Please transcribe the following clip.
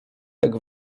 jak